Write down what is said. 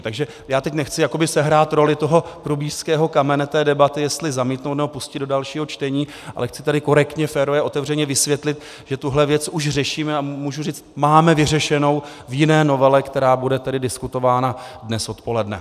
Takže já teď nechci jakoby sehrát roli prubířského kamene té debaty, jestli zamítnout, nebo pustit do dalšího čtení, ale chci tady korektně, férově a otevřeně vysvětlit, že tuhle věc už řešíme, a můžu říci, máme vyřešenou v jiné novele, která bude diskutována dnes odpoledne.